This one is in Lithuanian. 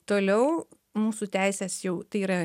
toliau mūsų teisės jau tai yra